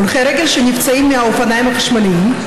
הולכי רגל שנפצעים מהאופניים החשמליים.